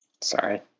Sorry